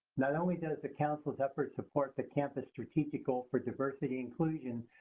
not only does the council's effort support the campus strategic goal for diversity inclusion,